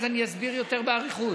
אז אסביר את זה באריכות.